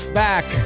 back